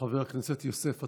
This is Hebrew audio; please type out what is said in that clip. חבר הכנסת יוסף עטאונה.